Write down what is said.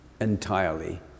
entirely